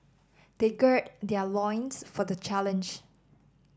they gird their loins for the challenge